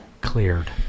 cleared